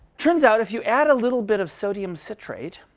turns out if you add a little bit of sodium citrate,